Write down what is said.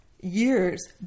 years